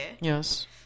Yes